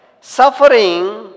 suffering